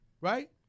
right